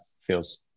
feels